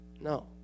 No